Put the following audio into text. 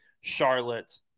Charlotte